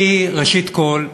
ראשית כול,